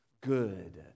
good